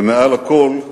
ומעל הכול,